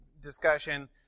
discussion